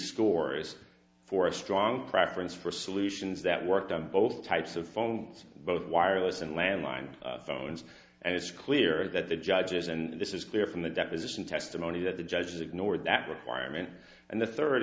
scores for a strong preference for solutions that worked on both types of phones both wireless and landline phones and it's clear that the judges and this is clear from the deposition testimony that the judge ignored that requirement and the third